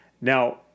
Now